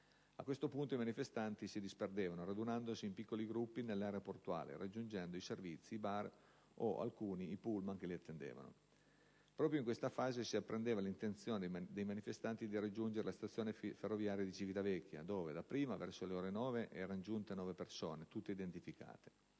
A questo punto i manifestanti si disperdevano, radunandosi in piccoli gruppi nell'area portuale e raggiungendo i servizi, i bar o, alcuni, i pullman che li attendevano. Proprio in questa fase si apprendeva l'intenzione dei manifestanti di raggiungere la stazione ferroviaria di Civitavecchia, dove dapprima, verso le ore 9, erano giunte nove persone, tutte identificate.